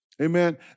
Amen